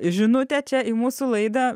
žinutę čia į mūsų laidą